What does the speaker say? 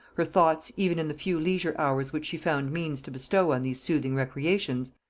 her thoughts, even in the few leisure hours which she found means to bestow on these soothing recreations,